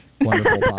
wonderful